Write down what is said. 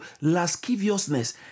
lasciviousness